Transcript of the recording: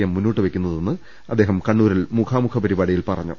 M മുന്നോട്ടുവയ്ക്കുന്നതെന്ന് അദ്ദേഹം കണ്ണൂരിൽ മുഖാമുഖം പരിപാടിയിൽ പറഞ്ഞു